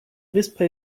wyspa